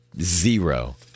zero